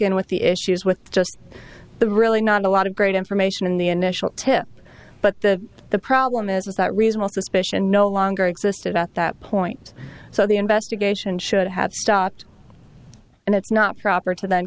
in with the issues with just the really not a lot of great information in the initial tip but the the problem is is that reasonable suspicion no longer existed at that point so the investigation should have stopped and it's not proper to then